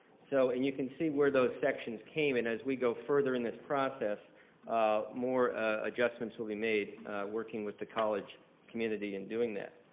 so and you can see where those sections came and as we go further in this process more adjustments will be made working with the college community in doing that.